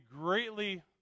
greatly